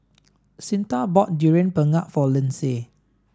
Cyntha bought durian pengat for Lindsay